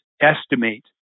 estimate